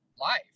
life